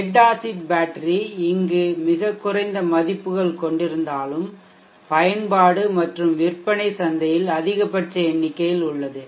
lead acid battery இங்கு மிகக் குறைந்த மதிப்புகள் கொண்டிருந்தாலும் பயன்பாடு மற்றும் விற்பனை சந்தையில் அதிகபட்ச எண்ணிக்கையில் உள்ளது